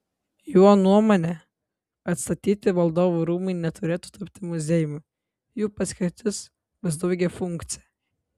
jo nuomone atstatyti valdovų rūmai neturėtų tapti muziejumi jų paskirtis bus daugiafunkcė